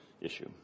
issue